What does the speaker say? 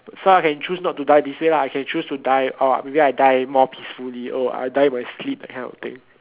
so I can choose not to die this way lah I can choose to die or maybe I die more peacefully oh I die in my sleep that kind of thing